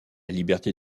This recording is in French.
liberté